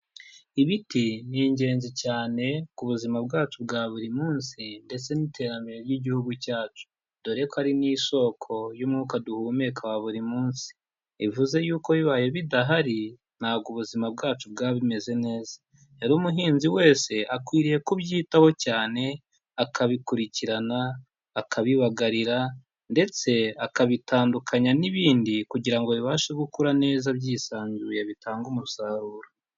Ibiti ni ingenzi cyane ku buzima bwacu bwa buri munsi ndetse n'iterambere ry'igihugu cyacu, dore ko ari n'isoko y'umwuka duhumeka wa buri munsi, bivuze yuko bibaye bidahari ntabwo ubuzima bwacu bwaba bumeze neza, rero umuhinzi wese akwiriye kubyitaho cyane akabikurikirana, akabibagarira ndetse akabitandukanya n'ibindi kugira bibashe gukura neza byisanzuye bitange umusaruro.